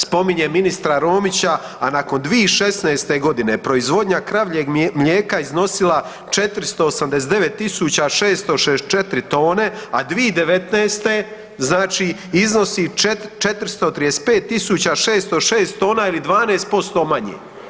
Spominje ministra Romića, a nakon 2016.g. proizvodnja kravljeg mlijeka je iznosila 489.664 tone, a 2019. znači iznosi 435.606 tona ili 12% manje.